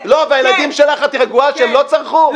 והילדים שלך את רגועה שהם לא צרכו?